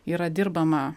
yra dirbama